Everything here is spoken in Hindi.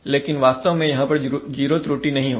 लेकिन वास्तव में यहां पर जीरो त्रुटि नहीं होगा